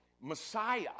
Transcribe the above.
Messiah